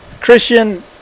Christian